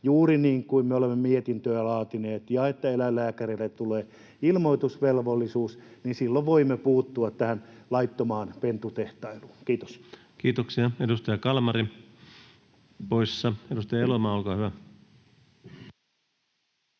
juuri niin kuin me olemme mietintöä laatineet — että kun eläinlääkäreille tulee ilmoitusvelvollisuus, silloin voimme puuttua tähän laittomaan pentutehtailuun. — Kiitos. [Speech 170] Speaker: Ensimmäinen varapuhemies